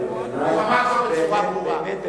הוא אמר זאת בצורה ברורה.